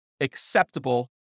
acceptable